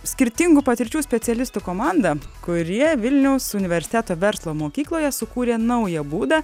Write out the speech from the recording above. skirtingų patirčių specialistų komanda kurie vilniaus universiteto verslo mokykloje sukūrė naują būdą